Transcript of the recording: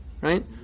...right